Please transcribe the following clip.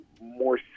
more